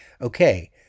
okay